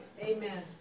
Amen